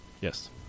Yes